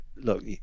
Look